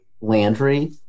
Landry